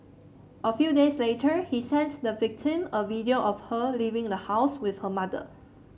a few days later he sent the victim a video of her leaving the house with her mother